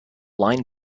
line